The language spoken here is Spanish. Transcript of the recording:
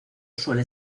suele